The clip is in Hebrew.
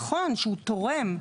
נכון שהוא תורם.